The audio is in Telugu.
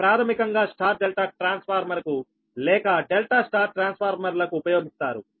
ఇది ప్రాథమికంగా స్టార్ డెల్టా ట్రాన్స్ఫార్మర్ కు లేక డెల్టా స్టార్ ట్రాన్స్ఫార్మర్లుకు ఉపయోగిస్తారు